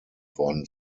worden